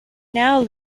now